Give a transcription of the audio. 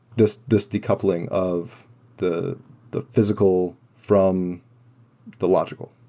this this decoupling of the the physical from the logical.